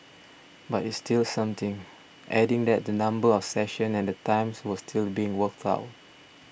but it's still something adding that the number of sessions and the times were still being worked out